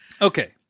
Okay